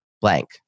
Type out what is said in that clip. blank